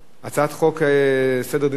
הצעת חוק סדר הדין הפלילי,